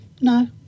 No